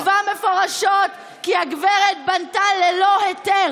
שבו נקבע מפורשות כי הגברת בנתה ללא היתר,